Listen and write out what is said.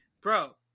bro